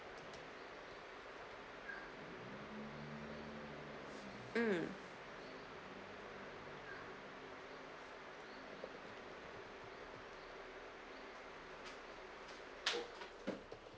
mm